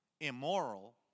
immoral